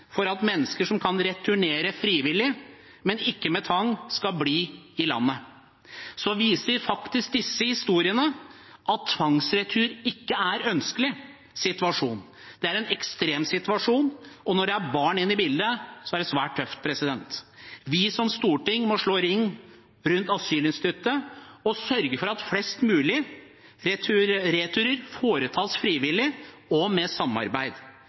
for at mennesker som kan returnere frivillig, men ikke med tvang, skal bli i landet: Disse historiene viser faktisk at tvangsretur ikke er en ønskelig situasjon. Det er en ekstremsituasjon, og når det er barn inne i bildet, er det svært tøft. Vi som storting må slå ring rundt asylinstituttet og sørge for at flest mulig returer foretas frivillig og med samarbeid.